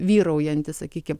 vyraujanti sakykim